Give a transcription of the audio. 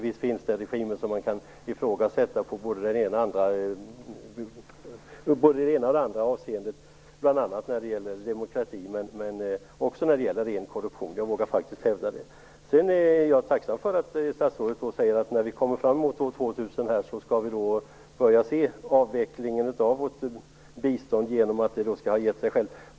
Visst finns det regimer som kan ifrågasättas i både det ena och det andra avseendet, bl.a. när det gäller demokrati. Det gäller också ren korruption. Det vågar jag faktiskt hävda. Jag är tacksam för att statsrådet säger att vi framemot år 2000 skall börja se en avveckling av vårt bistånd genom att det skall ha avskaffat sig självt.